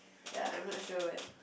ya I'm not sure when